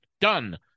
done